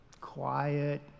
quiet